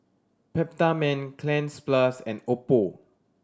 Peptamen Cleanz Plus and Oppo